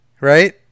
right